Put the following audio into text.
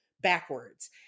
backwards